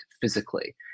physically